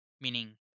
meaning